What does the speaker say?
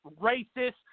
racist